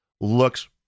looks